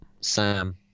Sam